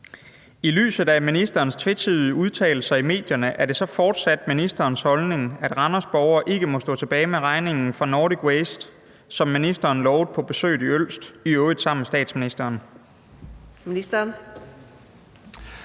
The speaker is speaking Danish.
I lyset af ministerens tvetydige udtalelser i medierne er det så fortsat ministerens holdning, at Randers’ borgere ikke må stå tilbage med regningen fra Nordic Waste, som ministeren lovede på besøget i Ølst – i øvrigt sammen med statsministeren?